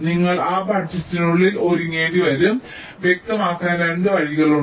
നിങ്ങൾ ആ ബജറ്റിനുള്ളിൽ ഒതുങ്ങേണ്ടിവരും വ്യക്തമാക്കാൻ 2 വഴികളുണ്ട്